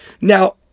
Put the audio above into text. Now